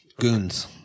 goons